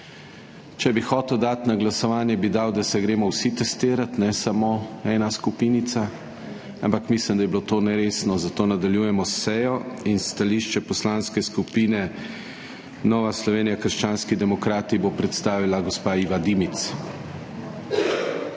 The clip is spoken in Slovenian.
Če bi hotel dati na glasovanje, bi dal, da se gremo vsi testirat, ne samo ena skupinica, ampak mislim, da je bilo to neresno, zato nadaljujemo s sejo. Stališče Poslanske skupine Nova Slovenija – krščanski demokrati bo predstavila gospa Iva Dimic.